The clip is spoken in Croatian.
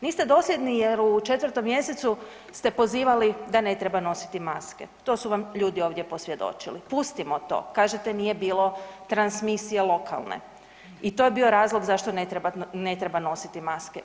Niste dosljedni jer u 4. mjesecu ste pozivali da ne treba nositi maske, to su vam ljudi ovdje posvjedočili, pustimo to, kažete nije bilo transmisije lokalne i to je bio razloga zašto ne treba nositi maske.